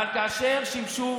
אבל כאשר שימשו